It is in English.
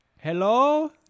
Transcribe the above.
Hello